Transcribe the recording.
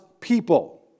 people